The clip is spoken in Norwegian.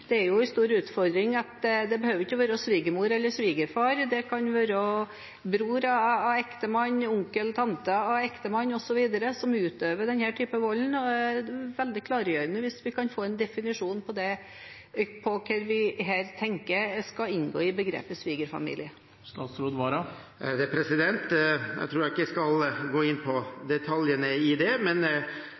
Det er jo en stor utfordring at det ikke behøver å være svigermor eller svigerfar; det kan være bror, onkel eller tante til ektemannen., osv. som utøver denne typen vold, og det vil være veldig klargjørende om vi kan få en definisjon av hva man tenker skal inngå i begrepet svigerfamilie. Jeg tror ikke jeg skal gå inn på detaljene i det, men